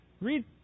read